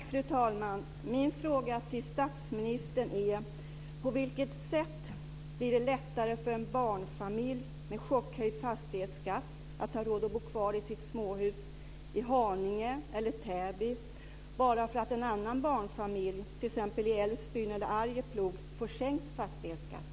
Fru talman! Min fråga till statsministern är: På vilket sätt blir det lättare för en barnfamilj med chockhöjd fastighetsskatt att ha råd att bo kvar i sitt småhus i Haninge eller Täby bara för att en annan barnfamilj, t.ex. i Älvsbyn eller i Arjeplog, får sänkt fastighetsskatt?